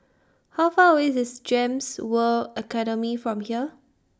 How Far away IS Gems World Academy from here